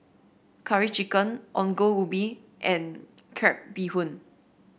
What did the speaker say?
Curry Chicken Ongol Ubi and Crab Bee Hoon